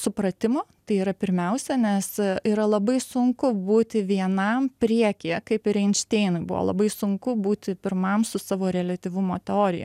supratimo tai yra pirmiausia nes yra labai sunku būti vienam priekyje kaip ir einšteinui buvo labai sunku būti pirmam su savo reliatyvumo teorija